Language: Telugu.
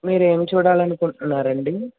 మీరు ఏమి చూడాలనుకుంటున్నారు అండి